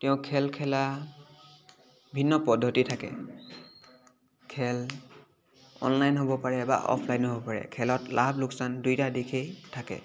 তেওঁ খেল খেলা ভিন্ন পদ্ধতি থাকে খেল অনলাইন হ'ব পাৰে বা অফলাইন হ'ব পাৰে খেলত লাভ লোকচান দুইটা দিশেই থাকে